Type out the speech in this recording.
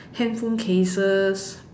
handphone cases